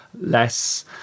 less